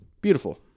beautiful